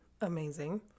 amazing